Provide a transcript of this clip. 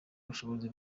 ubushobozi